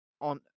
on